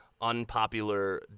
unpopular